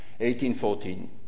1814